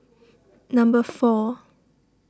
number four